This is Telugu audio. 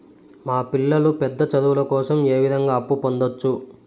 మా పిల్లలు పెద్ద చదువులు కోసం ఏ విధంగా అప్పు పొందొచ్చు?